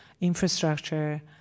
infrastructure